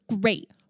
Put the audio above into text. great